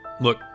look